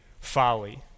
folly